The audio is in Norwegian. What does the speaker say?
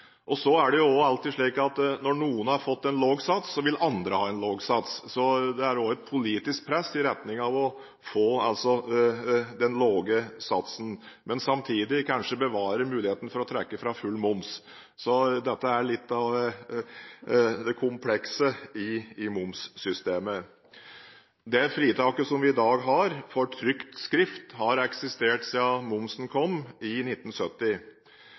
og avgiftsmyndighetene. Så er det alltid slik at når noen har fått en lav sats, vil andre ha en lav sats. Det er et politisk press i retning av å få den lave satsen, men samtidig også bevare muligheten for å trekke fra full moms. Dette er litt av det komplekse i momssystemet. Det fritaket som vi har i dag for trykt skrift, har eksistert siden momsen kom i 1970.